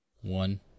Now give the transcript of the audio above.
One